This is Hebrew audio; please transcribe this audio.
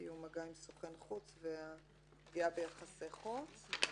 קיום מגע עם סוכן חוץ ופגיעה ביחסי חוץ.